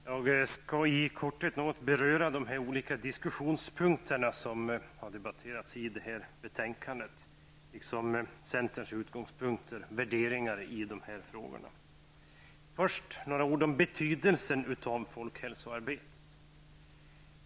Herr talman! Jag skall i korthet något beröra de olika diskussionspunkterna som debatterats i detta betänkande, liksom centerns utgångspunkter och värderingar i dessa frågor. Först några ord om betydelsen av folkhälsoarbetet.